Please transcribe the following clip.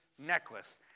necklace